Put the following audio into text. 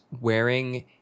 wearing